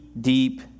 deep